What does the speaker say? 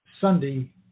Sunday